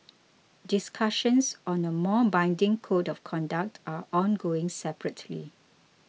discussions on a more binding Code of Conduct are ongoing separately